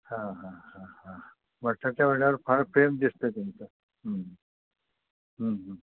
बटाटेवड्यावर फार प्रेम दिसतं आहे तुमचं